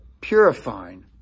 Purifying